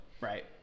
Right